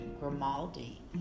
Grimaldi